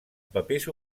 papers